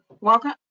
Welcome